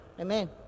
Amen